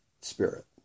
spirit